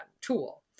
tool